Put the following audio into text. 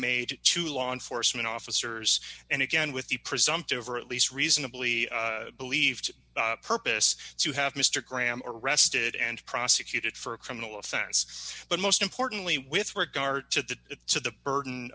made to law enforcement officers and again with the presumptive or at least reasonably believed purpose to have mister graham arrested and prosecuted for a criminal offense but most importantly with regard to that so the burden